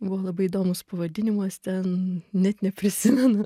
buvo labai įdomus pavadinimas ten net neprisimenu